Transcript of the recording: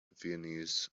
viennese